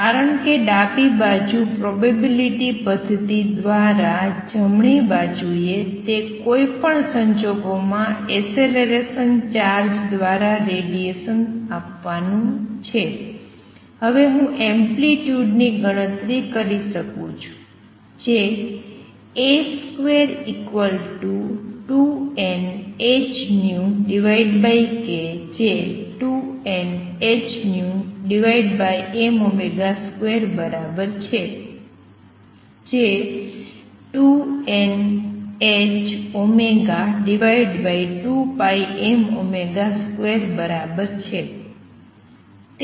કારણ કે ડાબી બાજુ પ્રોબેબિલિટી પદ્ધતિ દ્વારા જમણી બાજુએ તે કોઈ પણ સંજોગોમાં એસેલેરેસન ચાર્જ દ્વારા રેડીએશન આપવાનું છે હવે હું એમ્પ્લિટ્યુડ ની ગણતરી કરી શકું છું જે જે બરાબર છે જે બરાબર છે